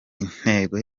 intego